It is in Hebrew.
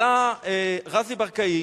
עלה רזי ברקאי,